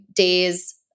Days